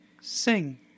sing